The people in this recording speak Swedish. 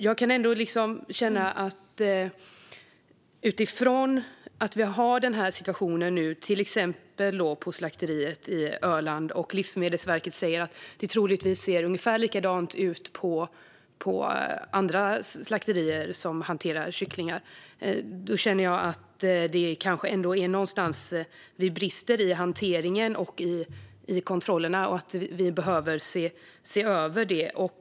Jag kan ändå känna, utifrån situationen på slakteriet på Öland och att Livsmedelsverket säger att det troligtvis ser likadant ut på andra slakterier som hanterar kycklingar, att vi någonstans brister i hanteringen och i kontrollerna och att vi behöver se över detta.